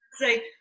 say